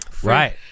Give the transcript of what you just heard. Right